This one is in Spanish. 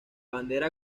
bandera